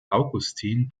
augustin